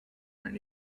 and